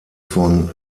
von